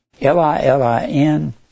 L-I-L-I-N